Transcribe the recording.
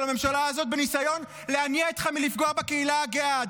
הממשלה הזאת בניסיון להניא אתכם מלפגוע בקהילה הגאה.